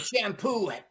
shampoo